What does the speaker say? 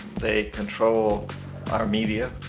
they control our media,